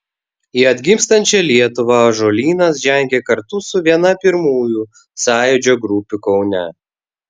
į atgimstančią lietuvą ąžuolynas žengė kartu su viena pirmųjų sąjūdžio grupių kaune